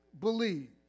believe